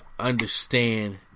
understand